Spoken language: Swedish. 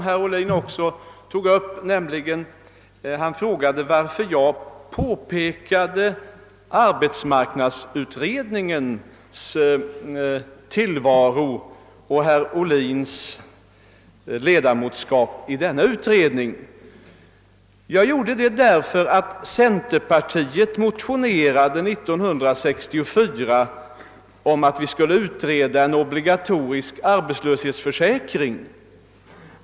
Herr Ohlin frågade varför jag påpekade arbetsmarknadsutredningens tillvaro och herr Ohlins ledamotskap i denna utredning. Anledningen till att jag gjorde det var att centerpartiet 1964 motionerade om att vi skulle utreda en obligatorisk arbetslöshetsförsäkring.